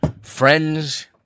friends